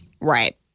Right